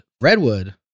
Redwood